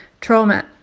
Trauma